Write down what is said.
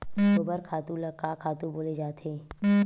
गोबर खातु ल का खातु बोले जाथे?